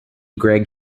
greg